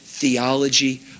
theology